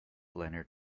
leonard